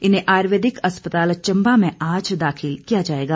इन्हें आयुर्वेदिक अस्पताल चम्बा में आज दाखिल किया जाएगा